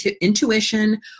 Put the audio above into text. intuition